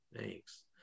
Thanks